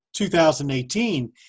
2018